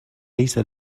ليس